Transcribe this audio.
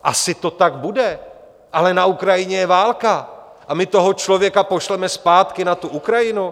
Asi to tak bude, ale na Ukrajině je válka a my toho člověka pošleme zpátky na tu Ukrajinu?